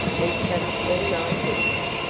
and sat up all night with her,